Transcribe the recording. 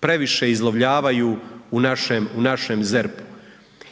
previše izlovljavaju u našem ZERP-u.